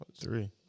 Three